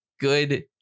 good